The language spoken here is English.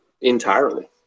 entirely